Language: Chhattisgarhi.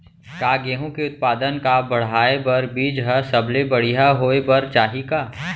का गेहूँ के उत्पादन का बढ़ाये बर बीज ह सबले बढ़िया होय बर चाही का?